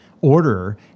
order